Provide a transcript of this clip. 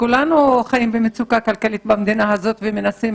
כולנו חיים במצוקה כלכלית במדינה הזאת ומנסים